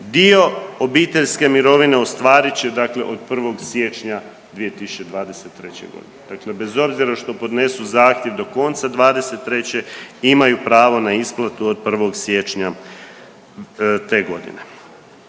dio obiteljske mirovine ostvarit će od 1. siječnja 2023.g. Dakle, bez obzira što podnesu zahtjev do konca '23. imaju pravo na isplatu od 1. siječnja te godine.